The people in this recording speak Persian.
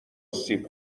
سیب